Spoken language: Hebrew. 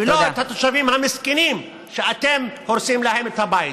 ולא את התושבים המסכנים שאתם הורסים להם את הבית.